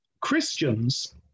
Christians